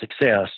success